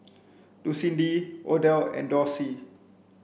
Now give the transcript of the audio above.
Lucindy Odell and Dorsey